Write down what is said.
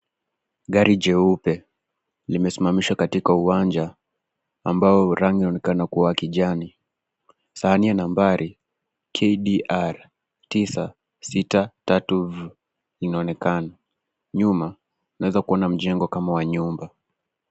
Gari jeupe limesimamishwa katika uwanja ambao unaonekana kuwa wa kijani sahani ya nambari KDR 963v, inaineka na nyuma unaweza kuona mjengo kama wa nyumba.